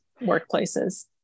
workplaces